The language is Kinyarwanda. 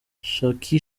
jackie